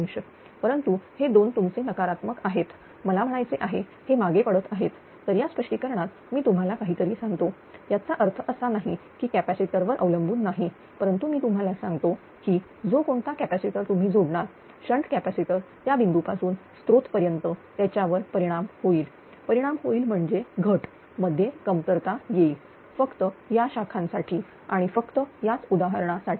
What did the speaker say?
06° परंतु हे दोन तुमचे नकारात्मक आहेत मला म्हणायचे आहे हे मागे पडत आहेत तर या स्पष्टीकरणात मी तुम्हाला काहीतरी सांगतो याचा अर्थ असा नाही की कॅपॅसिटर वर अवलंबून नाही परंतु मी तुम्हाला सांगतो की जो कोणता कॅपॅसिटर तुम्ही जोडणार शंट कॅपॅसिटर त्या बिंदू पासून स्त्रोत पर्यंत त्याच्यावर परिणाम होईल परिणाम होईल म्हणजे घट मध्ये कमतरता येईल फक्त या शाखांसाठी आणि फक्त याच उदाहरणासाठी